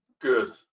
Good